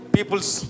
People's